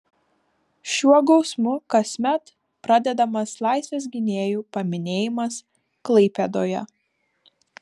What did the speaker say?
šiuo gausmu kasmet pradedamas laisvės gynėjų paminėjimas klaipėdoje